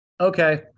okay